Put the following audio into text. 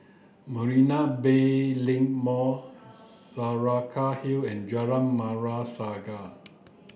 Marina Bay Link Mall Saraca Hill and Jalan Merah Saga